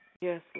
Yes